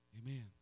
Amen